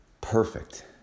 perfect